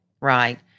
Right